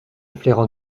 flairant